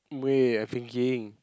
wait I thinking